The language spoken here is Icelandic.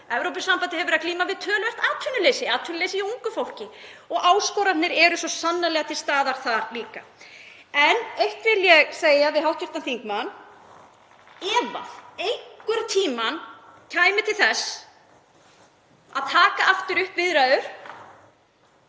Evrópusambandið hefur verið að glíma við töluvert atvinnuleysi, atvinnuleysi hjá ungu fólki, og áskoranir eru svo sannarlega til staðar þar líka. En eitt vil ég segja við hv. þingmann: Ef einhvern tímann kæmi til þess að taka aftur upp viðræður